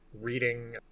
reading